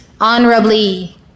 honorably